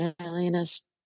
alienist